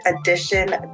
edition